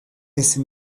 ese